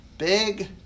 Big